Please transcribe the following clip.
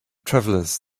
travelers